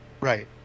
Right